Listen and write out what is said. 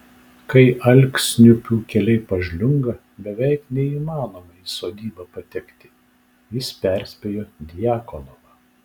kai alksniupių keliai pažliunga beveik neįmanoma į sodybą patekti jis perspėjo djakonovą